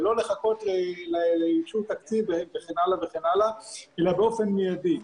ולא לחכות לאישור תקציב וכן הלאה וכן הלאה אלא לעשות זאת באופן מיידי.